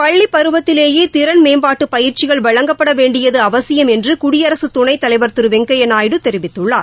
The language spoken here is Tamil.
பள்ளி பருவத்திலேயே திறன் மேம்பாட்டு பயிற்சிகள் வழங்கப்பட வேண்டியது அவசியம் என்று குடியரசுத் துணைத்தலைவர் திரு வெங்கையா நாயுடு தெரிவித்துள்ளார்